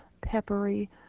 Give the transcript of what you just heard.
peppery